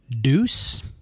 Deuce